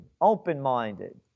open-minded